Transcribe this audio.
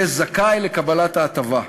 יהיה זכאי לקבלת ההטבה.